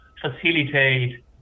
facilitate